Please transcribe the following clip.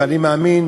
ואני מאמין